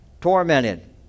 tormented